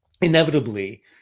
inevitably